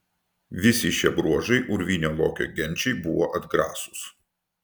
visi šie bruožai urvinio lokio genčiai buvo atgrasūs